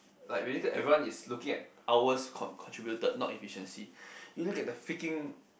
like maybe everyone is looking at hours contributed not efficiency you look at the freaking